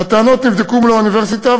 הטענות נבדקו מול האוניברסיטה,